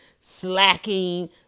slacking